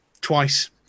twice